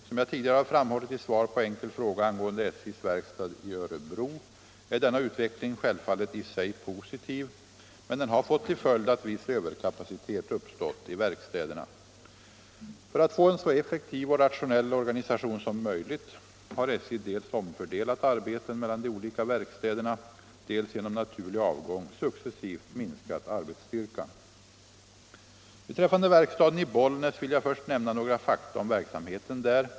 Som jag tidigare har framhållit i svar på enkel fråga angående SJ:s verkstad i Örebro är denna utveckling självfallet i sig positiv men den har fått till följd att viss överkapacitet uppstått i verkstäderna. För att få en så effektiv och rationell organisation som möjligt har SJ dels omfördelat arbeten mellan de olika verkstäderna, dels — genom naturlig avgång — successivt minskat arbetsstyrkan. Beträffande verkstaden i Bollnäs vill jag först nämna några fakta om verksamheten där.